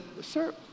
sir